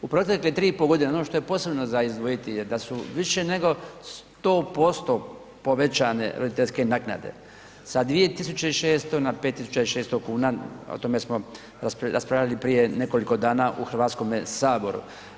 U protekle 3,5 g. ono što je posebno za izdvojiti je da su više nego 100% povećane roditeljske naknade, 2600 na 5600 kn, o tome smo raspravljali prije nekoliko dana u Hrvatskome saboru.